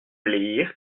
lire